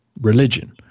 religion